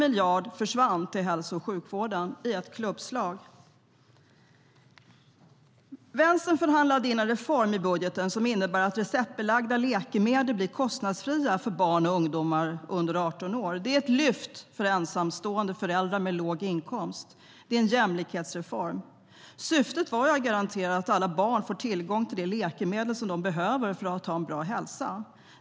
1 miljard till hälso och sjukvården försvann i ett klubbslag. Vänstern förhandlade in en reform i budgeten som innebär att receptbelagda läkemedel blir kostnadsfria för barn och ungdomar under 18 år. Det är ett lyft för ensamstående föräldrar med låg inkomst. Det är en jämlikhetsreform. Syftet var att garantera att alla barn får tillgång till de läkemedel de behöver för att ha en bra hälsa.